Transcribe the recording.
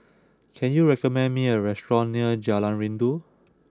can you recommend me a restaurant near Jalan Rindu